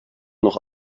noch